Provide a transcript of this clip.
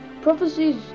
Prophecies